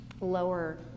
lower